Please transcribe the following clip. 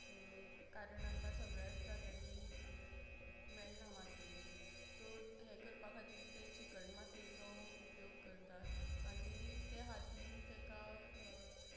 कारण आतां सगळ्याच जाग्यांनी मेळना मातयेचे सो हे करपा खातीर ते चिकण मातयेचो उपयोग करतात आनी ते हातीन तेका